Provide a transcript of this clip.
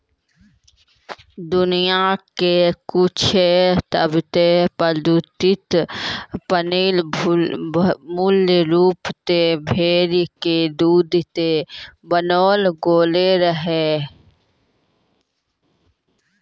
दुनिया के कुछु सबसे प्रसिद्ध पनीर मूल रूप से भेड़ी के दूध से बनैलो गेलो रहै